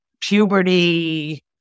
puberty